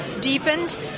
deepened